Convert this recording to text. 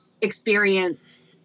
experience